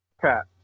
Cat